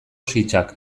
sitsak